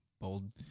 Bold